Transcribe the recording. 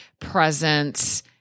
presence